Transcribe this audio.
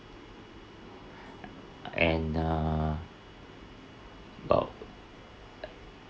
and err about